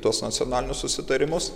tuos nacionalinius susitarimus